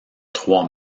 trois